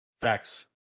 facts